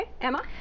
Emma